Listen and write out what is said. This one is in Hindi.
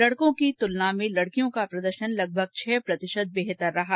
लडकों की तलना में लडकियों का प्रदर्शन लगभग छह प्रतिशत बेहतर रहा